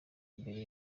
mbere